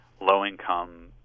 low-income